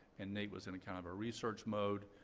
and naep was in kind of a research mode,